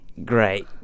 great